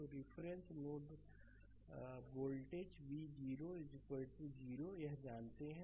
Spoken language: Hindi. तो रिफरेंस नोड वोल्टेज v 0 0 यह जानते हैं